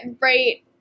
right